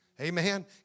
Amen